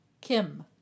Kim